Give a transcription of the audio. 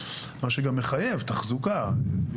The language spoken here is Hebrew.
מה שגם מחייב תחזוקה.